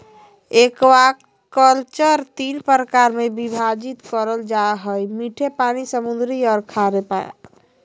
aquaculture तीन प्रकार में विभाजित करल जा हइ मीठे पानी, समुद्री औरो खारे